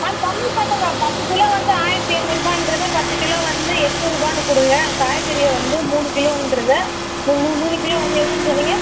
ma'am கம்மி பண்ணுங்கள் பத்து கிலோ வந்து ஆயிரத்தி இரநூறுபான்றத பத்து கிலோ வந்து எட்நூறுபான்னு கொடுங்க காய்கறியை வந்து மூணு கிலோன்றதை மூணு கிலோ வந்து எவ்வளோன்னு சொன்னீங்க